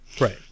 Right